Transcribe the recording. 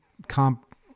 comp